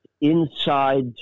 inside